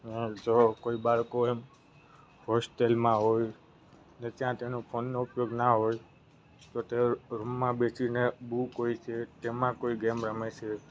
તો જો કોઈ બાળકો હોસ્ટેલમાં હોય અને ત્યાં તેનો ફોનનો ઉપયોગ ન હોય તો તેઓ રૂમમાં બેસીને બૂક હોય છે તેમાં કોઈ ગેમ રમે છે